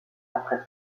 après